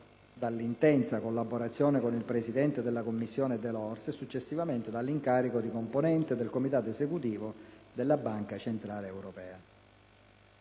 dall'intensa collaborazione con il presidente della commissione Delors e, successivamente, dall'incarico di componente del Comitato esecutivo della Banca centrale europea.